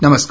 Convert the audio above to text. नमस्कार